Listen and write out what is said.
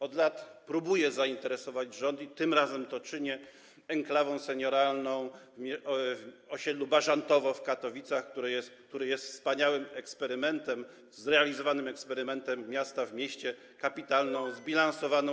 Od lat próbuję zainteresować rząd, i tym razem to czynię, enklawą senioralną na osiedlu Bażantowo w Katowicach, które jest wspaniałym eksperymentem, zrealizowanym eksperymentem miasta w mieście, kapitalną zbilansowaną.